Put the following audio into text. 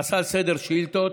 חסל סדר שאילתות.